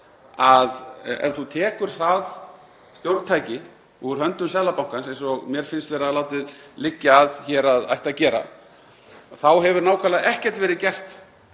Ef þú tekur það stjórntæki úr höndum Seðlabankans, eins og mér finnst vera látið liggja að hér að ætti að gera, þá hefur nákvæmlega ekkert verið gert